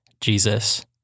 Jesus